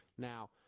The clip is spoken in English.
Now